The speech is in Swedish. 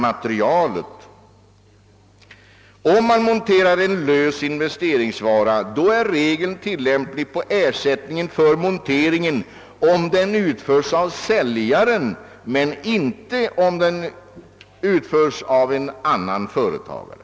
Monterar man en lös investeringsvara är regeln tillämplig på ersättningen för monteringen om den utförs av säljaren men inte om den utförs av annan företagare.